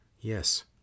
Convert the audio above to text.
Yes